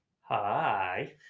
Hi